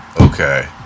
okay